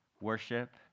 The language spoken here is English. worship